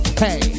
hey